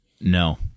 No